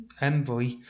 envoy